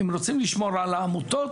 אם רוצים לשמור על העמותות,